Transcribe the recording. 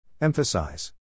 Emphasize